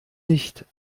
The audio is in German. nicht